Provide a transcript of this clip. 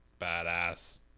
badass